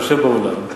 שיושב באולם,